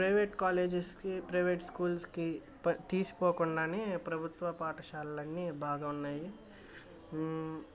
private కాలేజెస్కి private స్కూల్స్కి తీసుపోకుండా అని ప్రభుత్వ పాఠశాలన్నీ బాగా ఉన్నాయి